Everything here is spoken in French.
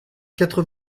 quatre